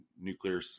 nuclear